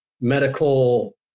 medical